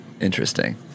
Interesting